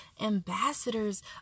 ambassadors